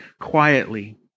quietly